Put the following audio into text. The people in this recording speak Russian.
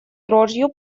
дрожью